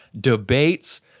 debates